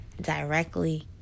directly